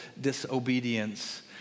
disobedience